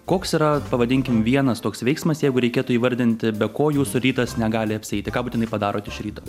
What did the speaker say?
koks yra pavadinkim vienas toks veiksmas jeigu reikėtų įvardinti be ko jūsų rytas negali apsieiti ką būtinai padarot iš ryto